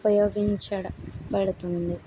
ఉపయోగించడం బడుతుంది